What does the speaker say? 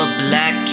black